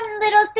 little